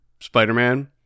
Spider-Man